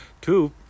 Two